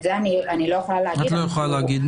את זה אני לא יכולה להגיד.